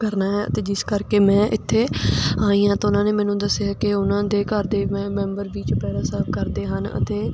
ਕਰਨਾ ਹੈ ਅਤੇ ਜਿਸ ਕਰਕੇ ਮੈਂ ਇੱਥੇ ਆਈ ਹਾਂ ਤਾਂ ਉਹਨਾਂ ਨੇ ਮੈਨੂੰ ਦੱਸਿਆ ਕਿ ਉਹਨਾਂ ਦੇ ਘਰ ਦੇ ਮੈਂ ਮੈਂਬਰ ਵੀ ਚੁਪਹਿਰਾ ਸਾਹਿਬ ਕਰਦੇ ਹਨ ਅਤੇ